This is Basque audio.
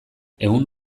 ehun